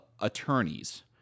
attorneys